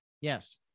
Yes